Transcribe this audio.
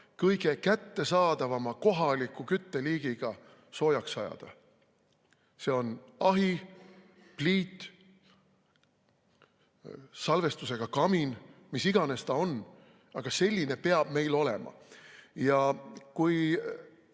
kõige kättesaadavama kohaliku kütteliigiga soojaks ajada. See on ahi, pliit, salvestusega kamin, mis iganes ta on, aga selline peab meil olema. Kui